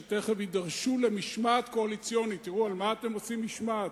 שמייד יידרשו למשמעת קואליציונית: תראו על מה אתם עושים משמעת,